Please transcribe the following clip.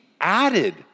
added